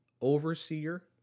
overseer